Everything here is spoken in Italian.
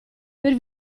per